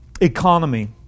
economy